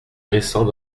récents